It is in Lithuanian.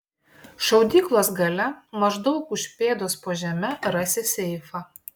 šaudyklos gale maždaug už pėdos po žeme rasi seifą